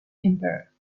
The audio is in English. emperor